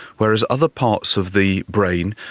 whereas other parts of the brain,